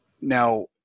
Now